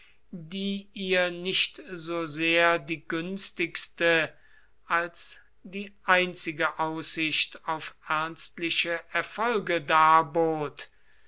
die ihr nicht so sehr die günstigste als die einzige aussicht auf ernstliche erfolge